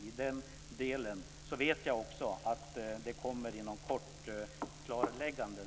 I den delen vet jag att det inom kort kommer viktiga klarlägganden.